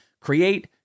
create